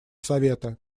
совета